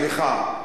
סליחה,